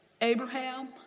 Abraham